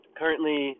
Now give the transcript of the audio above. currently